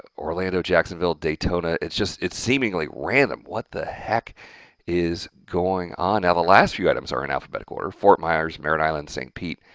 orlando, jacksonville, daytona. it's just it's seemingly random. what the heck is going on? now, the last few items are in alphabetical order fort myers, merritt island, st. pete,